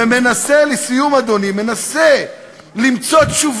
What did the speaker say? ומנסה, לסיום, אדוני, למצוא תשובות